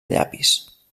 llapis